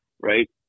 right